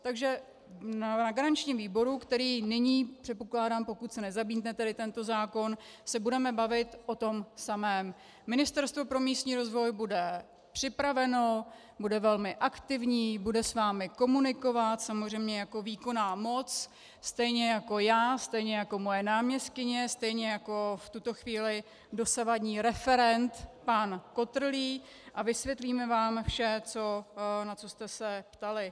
Takže na garančním výboru, na kterém nyní, předpokládám, pokud se nezamítne tento zákon, se budeme bavit o tom samém, Ministerstvo pro místní rozvoj bude připraveno, bude velmi aktivní, bude s vámi komunikovat samozřejmě jako výkonná moc, stejně jako já, stejně jako moje náměstkyně, stejně jako v tuto chvíli dosavadní referent pan Kotrlý, a vysvětlíme vám vše, na co jste se ptali.